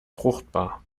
fruchtbar